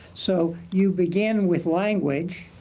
so you begin with language,